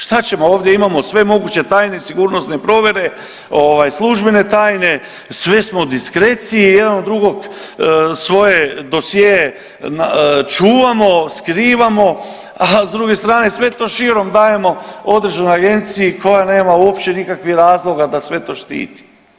Šta ćemo, ovdje imamo sve moguće tajne i sigurnosne provjere, službene tajne, sve smo u diskreciji jedan od drugog svoje dosjee čuvamo, skrivamo a s druge strane sve to širom dajemo određenoj agenciji koja nema uopće nikakvih razloga da sve to štiti.